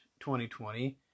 2020